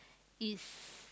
it's